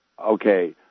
Okay